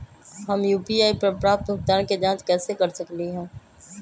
हम यू.पी.आई पर प्राप्त भुगतान के जाँच कैसे कर सकली ह?